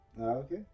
okay